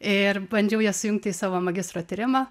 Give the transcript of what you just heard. ir bandžiau jas sujungti į savo magistro tyrimą